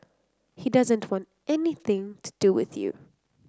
he doesn't want anything to do with you